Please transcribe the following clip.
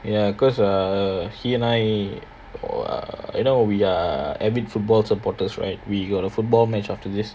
ya because err he and I err you know we are avid football supporters right we got a football match after this